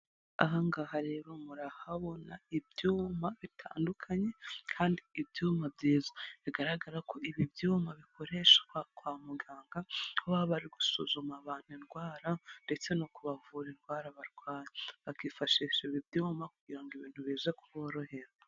Aha ngaha rero murahabona ibyuma bitandukanye kandi ibyuma byiza bigaragara ko ibi byuma bikoreshwa kwa muganga ko baba bari gusuzuma abantu indwara ndetse no kubavura indwara barwaye bakifashisha ibi byuma kugira ngo ibintu bize kuborohera.